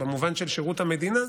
במובן של שירות המדינה,